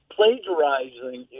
Plagiarizing